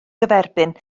gyferbyn